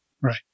Right